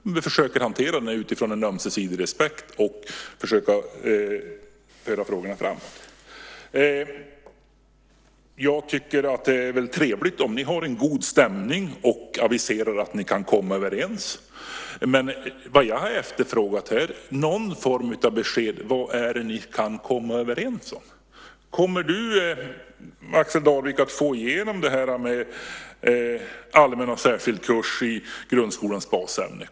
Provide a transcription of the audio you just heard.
Men vi försöker hantera detta utifrån en ömsesidig respekt, och vi försöker föra frågorna framåt. Jag tycker att det är trevligt om ni har en god stämning och aviserar att ni kan komma överens. Men vad jag har efterfrågat är någon form av besked. Vad är det ni kan komma överens om? Kommer du, Axel Darvik, att få igenom det här med allmän och särskild kurs i grundskolans basämnen?